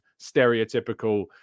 stereotypical